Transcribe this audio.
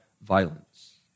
violence